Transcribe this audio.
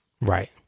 Right